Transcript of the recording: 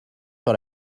sur